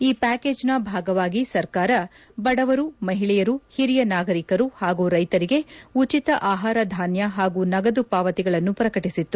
ಈ ಪ್ಲಾಕೇಜ್ನ ಭಾಗವಾಗಿ ಸರ್ಕಾರ ಬಡವರು ಮಹಿಳೆಯರು ಹಿರಿಯ ನಾಗರಿಕರು ಹಾಗೂ ರೈತರಿಗೆ ಉಚಿತ ಆಹಾರ ಧಾನ್ಯ ಹಾಗೂ ನಗದು ಪಾವತಿಗಳನ್ನು ಪ್ರಕಟಿಸಿತ್ತು